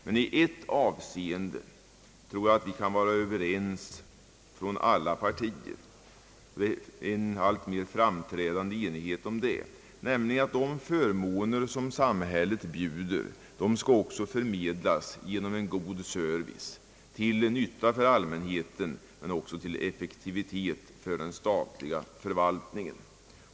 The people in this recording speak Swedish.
Men i ett avseende tror jag att vi kan vara överens från alla partier — det råder också en alltmer framträdande enighet om det — nämligen att de förmåner som samhället bjuder också skall förmedlas genom en god service till nytta för allmänheten men också för att effektivisera den statliga förvaltningen.